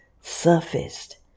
surfaced